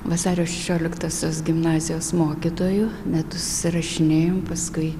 vasario šešioliktosios gimnazijos mokytoju metus susirašinėjom paskui